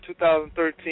2013